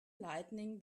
lighting